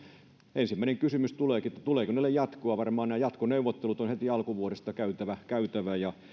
ensimmäinen kysymys onkin että tuleeko näille jatkoa varmaan nämä jatkoneuvottelut on heti alkuvuodesta käytävä käytävä